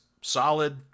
solid